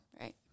Right